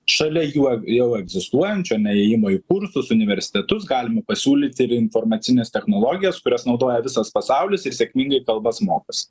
šalia jų jau egzistuojančiame įėjimo į kursus universitetus galima pasiūlyti ir informacines technologijas kurias naudoja visas pasaulis ir sėkmingai kalbas mokosi